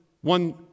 one